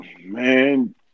Man